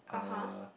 uh